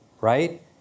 right